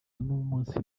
n’umunsi